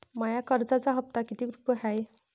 माया कर्जाचा हप्ता कितीक रुपये हाय?